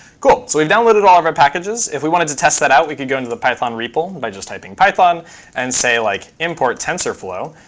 cool. so we've downloaded all of our packages. if we wanted to test that out, we could go into the python repl by just typing python and say, like, import tenserflow,